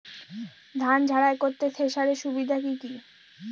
ধান ঝারাই করতে থেসারের সুবিধা কি কি?